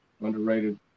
underrated